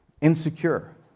insecure